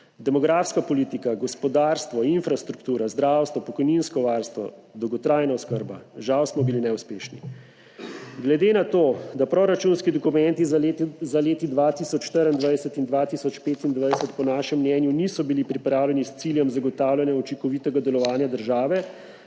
demografsko politiko, gospodarstvo, infrastrukturo, zdravstvo, pokojninsko varstvo, dolgotrajno oskrba – žal smo bili neuspešni. Glede na to, da proračunski dokumenti za leti 2024 in 2025 po našem mnenju niso bili pripravljeni s ciljem zagotavljanja učinkovitega delovanja države